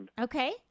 Okay